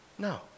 No